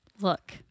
Look